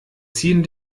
ziehen